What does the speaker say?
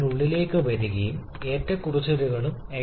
അപൂർണ്ണമായ ജ്വലനത്തിന്റെ കാര്യത്തിൽ നമുക്ക് കാർബൺ മോണോക്സൈഡും ലഭിക്കും